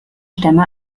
stämme